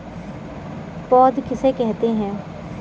पौध किसे कहते हैं?